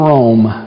Rome